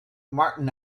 martin